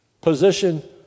position